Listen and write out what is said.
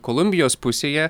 kolumbijos pusėje